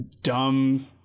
dumb